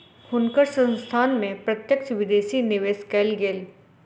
हुनकर संस्थान में प्रत्यक्ष विदेशी निवेश कएल गेल